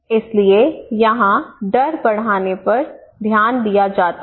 इसलिए यहां डर बढ़ाने पर ध्यान दिया जा रहा है